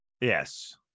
yes